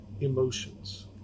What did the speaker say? emotions